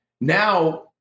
now